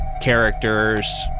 characters